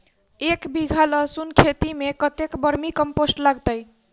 एक बीघा लहसून खेती मे कतेक बर्मी कम्पोस्ट लागतै?